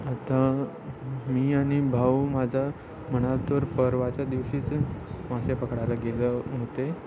आता मी आणि भाऊ माझा म्हणाल तर परवाच्या दिवशीच मासे पकडायला गेलं होते